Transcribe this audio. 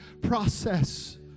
process